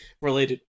related